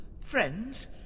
Friends